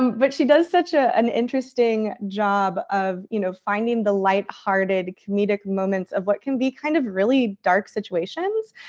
but she does such ah an interesting job of you know finding the lighthearted comedic moments of what can be kind of really dark situations.